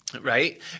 right